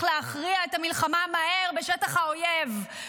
להכריע את המלחמה מהר בשטח האויב,